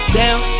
down